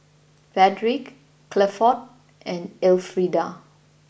Fredrick Clifford and Elfrieda